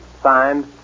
Signed